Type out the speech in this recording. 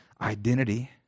identity